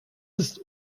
ist